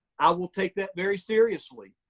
i will take that very seriously.